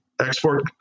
export